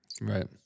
right